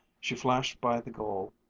she flashed by the goal.